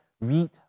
read